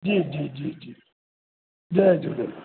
जी जी जी जी जय झूलेलाल